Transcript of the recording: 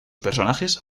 personajes